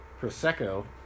Prosecco